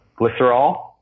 glycerol